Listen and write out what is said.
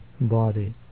body